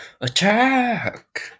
attack